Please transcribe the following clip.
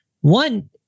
one